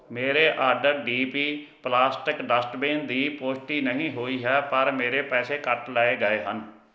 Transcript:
ਮੇਰੇ order D P plastic dustbin ਦੀ ਪੁਸ਼ਟੀ ਨਹੀਂ ਹੋਈ ਹੈ ਪਰ ਮੇਰੇ ਪੈਸੇ ਕੱਟ ਲਏ ਗਏ ਹਨ